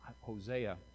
Hosea